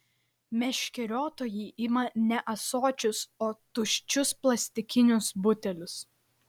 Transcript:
meškeriotojai ima ne ąsočius o tuščius plastikinius butelius